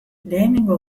lehenengo